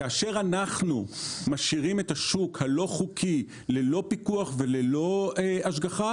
כאשר אנחנו משאירים את השוק הלא חוקי ללא פיקוח וללא השגחה,